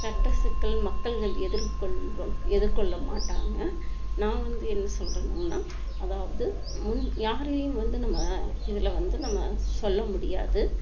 சட்ட சிக்கல் மக்கள்கள் எதிர்கொள்கிறோம் எதிர்கொள்ள மாட்டாங்கள் நான் வந்து என்ன சொல்கிறோன்னம்னா அதாவது முன் யாரையும் வந்து நம்ம இதில் வந்து நம்ம சொல்ல முடியாது